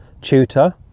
tutor